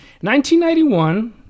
1991